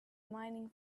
mining